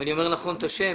אם אני אומר נכון את השם,